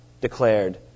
declared